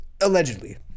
allegedly